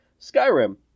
Skyrim